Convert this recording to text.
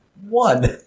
One